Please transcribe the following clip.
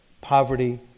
poverty